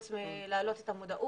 אין שום טקסט חוץ מלהעלות את המודעות